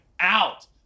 out